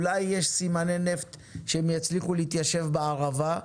אולי יש סימני נפט שהם יצליחו להתיישב בערבה.